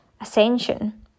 ascension